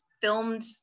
filmed